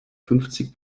fünfzig